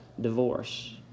divorce